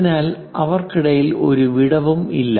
അതിനാൽ അവർക്കിടയിൽ ഒരു വിടവും ഇല്ല